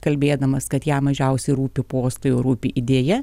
kalbėdamas kad jam mažiausiai rūpi postai o rūpi idėja